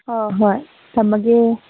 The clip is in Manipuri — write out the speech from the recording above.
ꯍꯣ ꯍꯣꯏ ꯊꯝꯃꯒꯦ